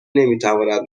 نمیتواند